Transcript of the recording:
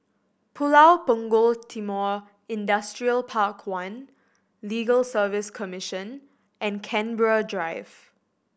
Pulau Punggol Timor Industrial Park One Legal Service Commission and Canberra Drive